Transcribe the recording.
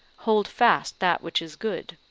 hold fast that which is good.